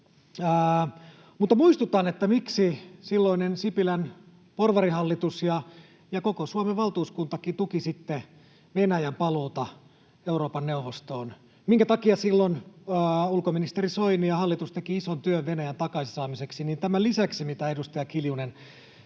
Mutta muistutan, miksi silloinen Sipilän porvarihallitus ja koko Suomen valtuuskuntakin tuki Venäjän paluuta Euroopan neuvostoon ja minkä takia silloin ulkoministeri Soini ja hallitus tekivät ison työn Venäjän takaisin saamiseksi. Tämän lisäksi, mitä edustaja Kiljunen